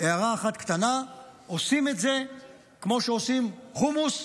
הערה אחת קטנה: עושים את זה כמו שעושים חומוס,